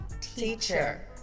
teacher